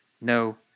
no